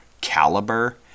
caliber